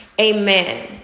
Amen